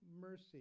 mercy